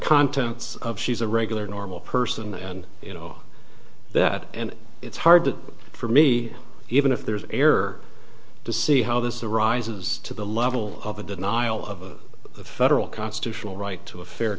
contents of she's a regular normal person and you know that and it's hard for me even if there's air to see how this arises to the level of a denial of the federal constitutional right to a fair